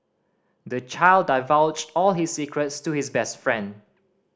the child divulged all his secrets to his best friend